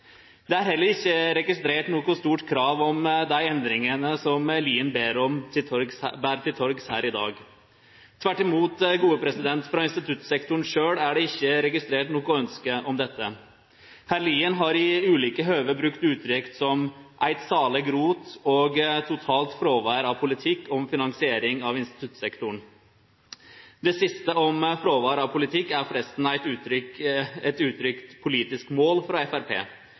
Det er heller ikkje registrert noko stort krav om dei endringane som Lien ber til torgs her i dag. Tvert imot: Frå instituttsektoren sjølv er det ikkje registrert noko ønske om dette. Hr. Lien har i ulike høve brukt uttrykk som «et salig rot» og «totalt fravær av politikk» om finansiering av instituttsektoren. Det siste, om fråvere av politikk, er forresten eit uttrykt politisk mål